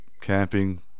camping